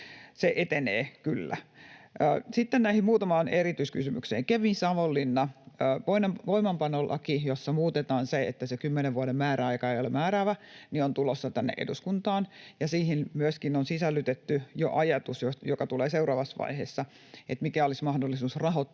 Se etenee kyllä. Sitten näihin muutamaan erityiskysymykseen: Kemi—Savonlinna-voimaanpanolaki, jossa muutetaan se, että se kymmenen vuoden määräaika ei ole määräävä, on tulossa tänne eduskuntaan, ja siihen myöskin on sisällytetty jo ajatus, joka tulee seuraavassa vaiheessa, mikä olisi mahdollisuus rahoittaa